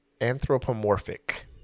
anthropomorphic